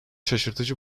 şaşırtıcı